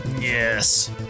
Yes